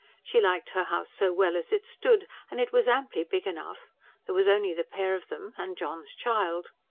she liked her house so well as it stood and it was amply big enough there was only the pair of them. and john's child.